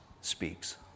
speaks